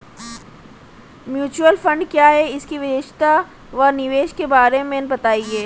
Mutual fund क्या है इसकी विशेषता व निवेश के बारे में बताइये?